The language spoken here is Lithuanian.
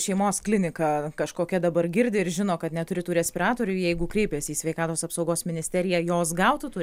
šeimos klinika kažkokia dabar girdi ir žino kad neturi tų respiratorių jeigu kreipėsi į sveikatos apsaugos ministeriją jos gautų tų